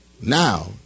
Now